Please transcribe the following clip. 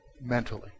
mentally